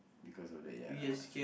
because of that ya